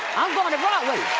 goin' to broadway?